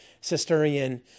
Cistercian